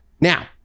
Now